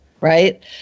right